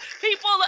People